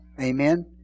amen